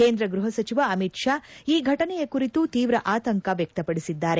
ಕೇಂದ್ರ ಗೃಹ ಸಚಿವ ಅಮಿತ್ ಶಾ ಈ ಘಟನೆಯ ಕುರಿತು ತೀವ್ರ ಆತಂಕ ವ್ಯಕ್ತಪಡಿಸಿದ್ದಾರೆ